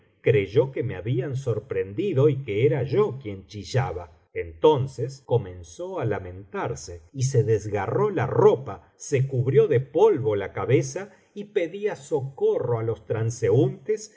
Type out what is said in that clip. creyó que me habían sorprendido y que era yo quien chillaba entonces comenzó a lamentarse y se desgarró la ropa se cubrió de polvo la cabeza y pedía socorro á los transeúntes